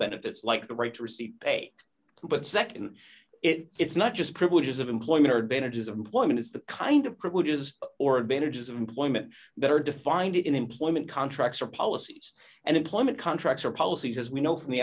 benefits like the right to receive pay but nd it's not just privileges of employment or bennett is employment it's the kind of privileges or advantages of employment that are defined in employment contracts or policies and employment contracts or policies as we know from the